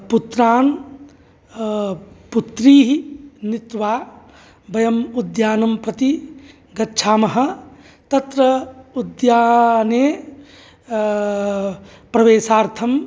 पुत्रान् पुत्रीः नीत्वा वयम् उद्यानं प्रति गच्छामः तत्र उद्याने प्रवेशार्थं